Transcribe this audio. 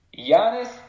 Giannis